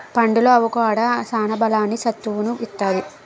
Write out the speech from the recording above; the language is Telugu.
పండులో అవొకాడో సాన బలాన్ని, సత్తువును ఇత్తది